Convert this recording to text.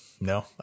no